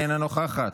אינה נוכחת,